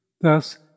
thus